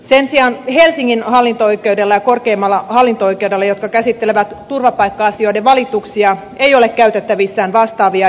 sen sijaan helsingin hallinto oikeudella ja korkeimmalla hallinto oikeudella jotka käsittelevät turvapaikka asioiden valituksia ei ole käytettävissään vastaavia lisäresursseja